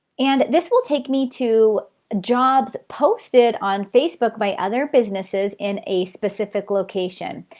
and this will take me to jobs posted on facebook by other businesses in a specific location.